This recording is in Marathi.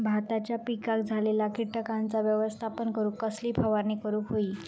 भाताच्या पिकांक झालेल्या किटकांचा व्यवस्थापन करूक कसली फवारणी करूक होई?